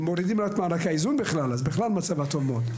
אם מורידים לה את --- אז מצבה בכלל טוב מאוד.